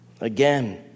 again